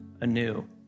anew